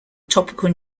topical